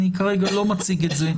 כרגע אני לא מציג את זה